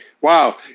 wow